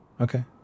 Okay